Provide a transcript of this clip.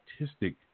artistic